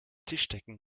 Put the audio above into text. tischdecken